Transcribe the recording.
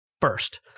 first